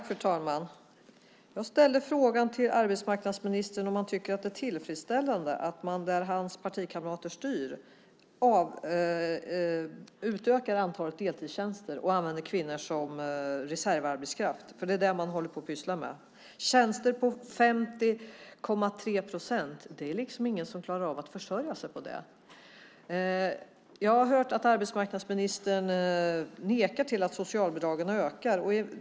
Fru talman! Jag ställde frågan till arbetsmarknadsministern om han tycker att det är tillfredsställande att man i kommuner där hans partikamrater styr utökar antalet deltidstjänster och använder kvinnor som reservarbetskraft. Det är det man håller på att pyssla med. Tjänster på 50,3 procent är det ingen som klarar av att försörja sig på. Jag har hört att arbetsmarknadsministern nekar till att socialbidragen ökar.